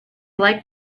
like